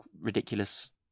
ridiculous